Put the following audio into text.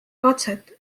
katset